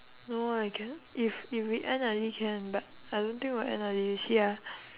don't know whether I can if if we end early can but I don't think we'll end early you see ah